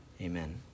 Amen